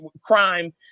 crime